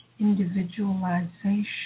individualization